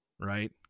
right